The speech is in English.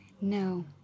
no